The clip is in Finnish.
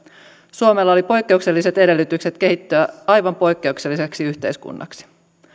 suomella oli poikkeukselliset edellytykset kehittyä aivan poikkeukselliseksi yhteiskunnaksi